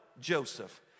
joseph